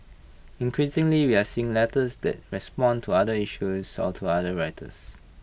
increasingly we are seeing letters that respond to other issues or to other writers